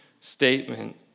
statement